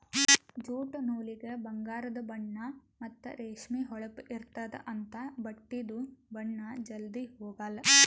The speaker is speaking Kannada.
ಜ್ಯೂಟ್ ನೂಲಿಗ ಬಂಗಾರದು ಬಣ್ಣಾ ಮತ್ತ್ ರೇಷ್ಮಿ ಹೊಳಪ್ ಇರ್ತ್ತದ ಅಂಥಾ ಬಟ್ಟಿದು ಬಣ್ಣಾ ಜಲ್ಧಿ ಹೊಗಾಲ್